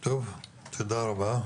טוב, תודה רבה.